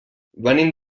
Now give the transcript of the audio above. venim